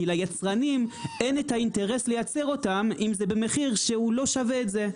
כי ליצרנים אין את האינטרס לייצר אותם אם זה במחיר שהוא לא שווה את זה.